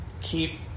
keep